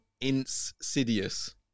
Insidious